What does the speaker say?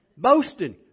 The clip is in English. Boasting